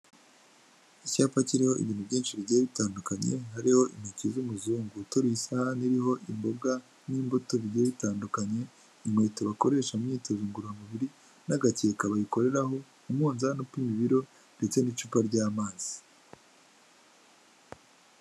Icyapa kiriho ibintu byinshi bigiye bitandukanye, hariho intoki z'umuzungu uteruye isahani iriho imboga n'imbuto bigiye bitandukanye, inkweto bakoresha imyitozo ngororamubiri n'agakeka bayikoreraho, umunzani upima ibiro ndetse n'icupa ry'amazi.